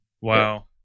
Wow